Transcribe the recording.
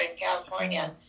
California